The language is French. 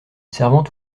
servante